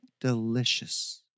delicious